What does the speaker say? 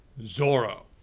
Zorro